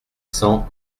cent